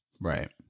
Right